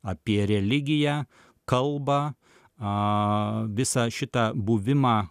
apie religiją kalbą a visą šitą buvimą